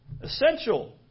essential